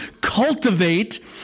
cultivate